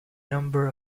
number